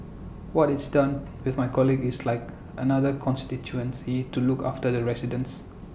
what its done with my colleagues is like another constituency to look after the residents